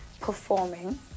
performing